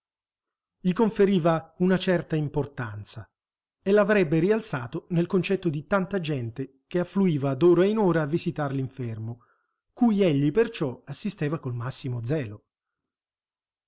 gli conferiva una certa importanza e l'avrebbe rialzato nel concetto di tanta gente che affluiva d'ora in ora a visitar l'infermo cui egli per ciò assisteva col massimo zelo